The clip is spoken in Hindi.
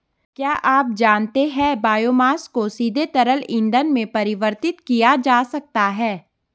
क्या आप जानते है बायोमास को सीधे तरल ईंधन में परिवर्तित किया जा सकता है?